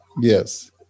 yes